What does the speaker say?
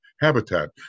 habitat